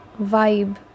vibe